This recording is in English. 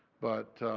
but,